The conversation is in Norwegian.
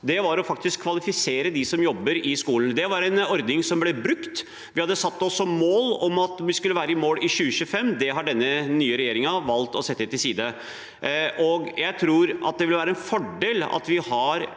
Det var å kvalifisere dem som jobber i skolen. Det var en ordning som ble brukt. Vi hadde satt oss som mål at vi skulle være i mål i 2025. Det har den nye regjeringen valgt å sette til side. Jeg tror det vil være en fordel at vi har